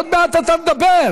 עוד מעט אתה מדבר.